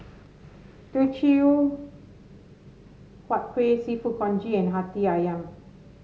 Teochew Huat Kueh seafood Congee and Hati ayam